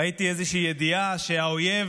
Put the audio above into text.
ראיתי איזו ידיעה שהאויב